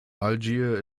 algier